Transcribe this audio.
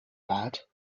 bad